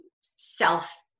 self